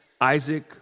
Isaac